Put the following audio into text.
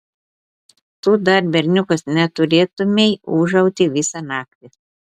tu dar berniukas neturėtumei ūžauti visą naktį